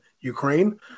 Ukraine